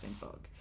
bug